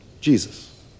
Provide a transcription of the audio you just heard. Jesus